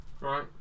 Right